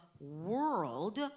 world